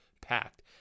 packed